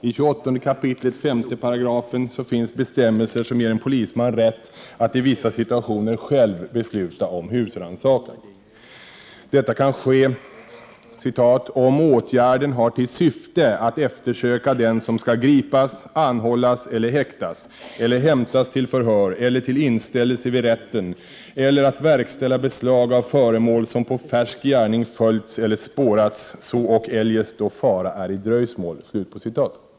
I 28 kap. 5 § finns bestämmelser som ger en polisman rätt att i vissa situationer själv besluta om husrannsakan. Detta kan ske ”om åtgärden har till syfte att eftersöka den som skall gripas, anhållas eller häktas eller hämtas till förhör eller till inställelse vid rätten eller att verkställa beslag av föremål, som på färsk gärning följts eller spårats, så ock eljest, då fara är i dröjsmål”.